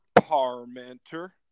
Parmenter